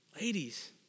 Ladies